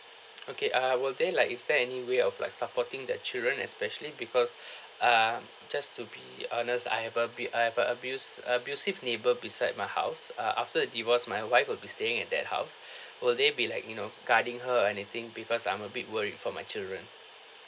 okay ah will there like is there any way of like supporting the children especially because ah just to be honest I have abu~ I have a abus~ abusive neighbour beside my house ah after the divorce my wife will be staying at that house will they be like you know guarding her or anything because I'm a bit worried for my children